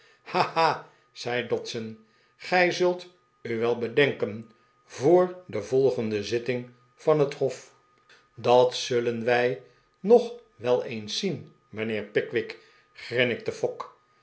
ha ha zei dodson gij zult u wel bedenken voor de volgende zitting van het hof dat zullen wij nog wel eens zien mijnheer pickwick grinnikte fogg